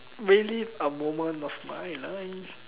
relive a moment of my life